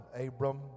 Abram